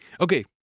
Okay